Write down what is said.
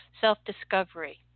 self-discovery